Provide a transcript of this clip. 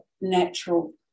natural